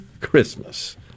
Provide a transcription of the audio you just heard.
Christmas